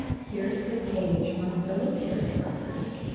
here's the page on military records.